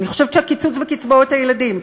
אני חושבת שהקיצוץ בקצבאות הילדים,